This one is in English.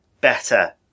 better